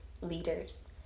leaders